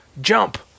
Jump